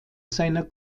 seiner